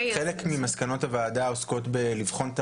חלק ממסקנות הוועדה עוסקות בלבחון את